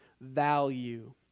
value